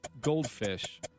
goldfish